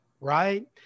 right